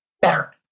better